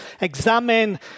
examine